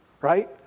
right